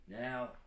Now